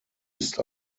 ist